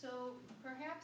so perhaps